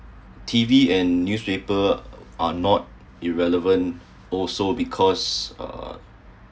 T_V and newspaper are not irrelevant also because uh